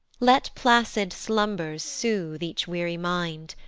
let placid slumbers sooth each weary mind,